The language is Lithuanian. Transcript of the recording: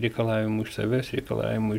reikalavimų iš savęs reikalavimų iš